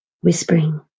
whispering